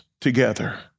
together